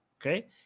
okay